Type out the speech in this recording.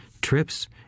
trips